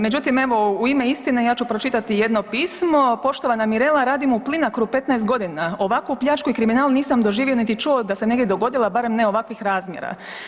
Međutim, evo u ime istine ja ću pročitati jedno pismo, poštovana Mirela radim u Plinacro-u 15 godina, ovakvu pljačku i kriminal nisam doživio niti čuo da se negdje dogodila, barem ne ovakvih razmjera.